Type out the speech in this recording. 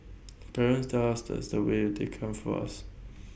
parents tell us that's what they come for us